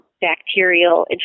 bacterial